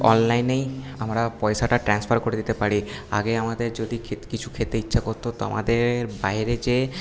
অনলাইনেই আমরা পয়সাটা ট্রান্সফার করে দিতে পারি আগে আমাদের যদি কিছু খেতে ইচ্ছে করতো তো আমাদের বাইরে যেয়ে